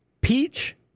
Peach